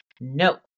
No